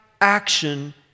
action